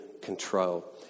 control